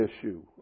issue